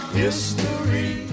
history